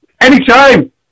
anytime